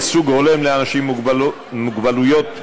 ייצוג הולם לאנשים עם מוגבלות בדירקטוריונים),